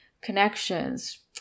connections